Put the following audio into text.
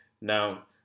now